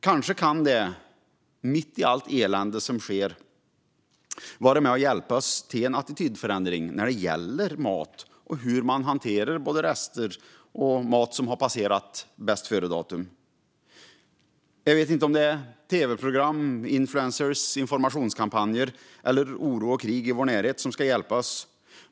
Kanske kan det, mitt i allt elände som sker, hjälpa oss till en attitydförändring när det gäller mat och hur man hanterar både rester och mat som har passerat bästföredatum. Jag vet inte om det är tv-program, influencers, informationskampanjer eller oro och krig i vår närhet som ska hjälpa oss.